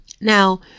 Now